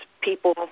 people